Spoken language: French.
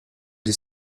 des